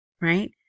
right